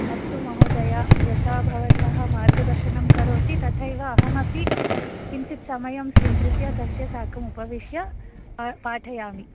अस्तु महोदय यथा भवतः मार्गदर्शनं करोति तथैव अहमपि किञ्चित् समयं स्वीकृत्य तस्य साकम् उपविश्य पाठयामि